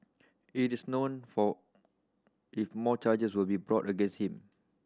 it is known for if more charges will be brought against him